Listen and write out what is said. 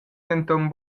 denton